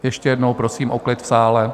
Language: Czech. Ještě jednou prosím o klid v sále.